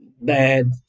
bad